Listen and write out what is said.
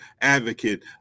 advocate